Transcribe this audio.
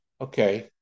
Okay